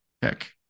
pick